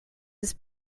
his